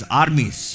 armies